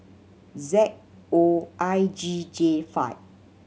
Z O I G J five